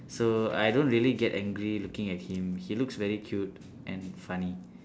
so I don't really get angry looking at him he looks very cute and funny